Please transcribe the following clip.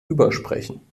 übersprechen